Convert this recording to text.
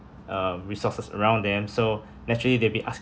uh resources around them so naturally they'll be asking